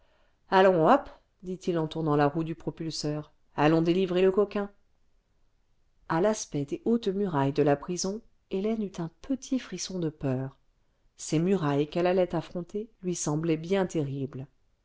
allons hop dit-il en tournant la roue du propulseur allons délivrer le coquin a l'aspect des hautes murailles de la prison hélène eut un petit frisson de peur ces murailles qu'elle allait affronter lui semblaient bien terribles